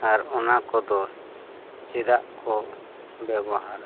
ᱟᱨ ᱚᱱᱟ ᱠᱚᱫᱚ ᱪᱮᱫᱟᱜ ᱠᱚ ᱵᱮᱵᱚᱦᱟᱨᱟ